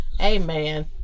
Amen